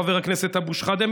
חבר הכנסת אבו שחאדה,